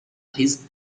his